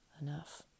enough